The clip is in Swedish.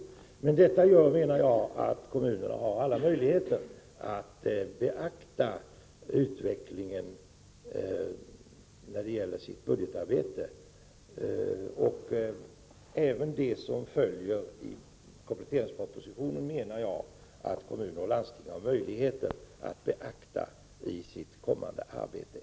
På detta sätt menar jag att kommunerna har alla möjligheter att beakta utvecklingen när det gällen budgetarbetet. Även det som tas upp i kompletteringspropositionen menar jag att kommuner och landsting har möjlighet att beakta vid sitt kommande arbete.